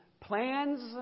plans